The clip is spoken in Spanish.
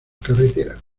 carretera